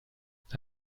hast